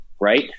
right